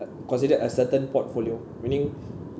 uh considered a certain portfolio meaning